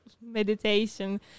meditation